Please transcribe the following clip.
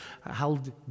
held